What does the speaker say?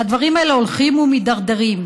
והדברים האלה הולכים ומידרדרים.